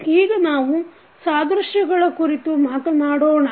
ಈಗ ನಾವು ಸಾದೃಶ್ಯಗಳ ಕುರಿತು ಮಾತನಾಡೋಣ